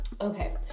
Okay